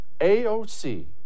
AOC